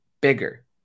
bigger